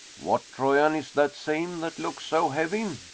what troyan is that same that looks so heavy?